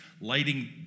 lighting